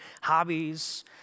hobbies